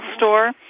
store